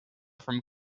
from